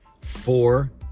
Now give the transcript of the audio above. Four